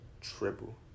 triple